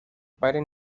padres